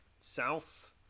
South